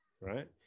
Right